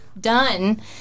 done